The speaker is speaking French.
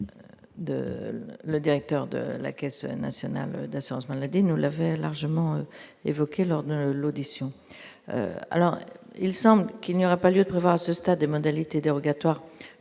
Le directeur de la Caisse nationale d'assurance maladie, nous l'avait largement évoqué lors de l'audition, alors il semble qu'il n'y aura pas lieu prévoir à ce stade des modalités dérogatoires